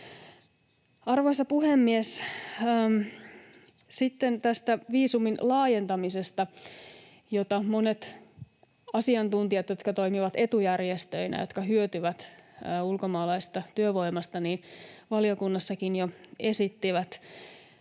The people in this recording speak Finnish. Arvoisa puhemies! Sitten tästä viisumin laajentamisesta, jota monet asiantuntijat, jotka toimivat etujärjestöinä, jotka hyötyvät ulkomaalaisesta työvoimasta, valiokunnassakin jo esittivät.